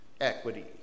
equity